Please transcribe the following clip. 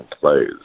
plays